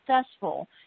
successful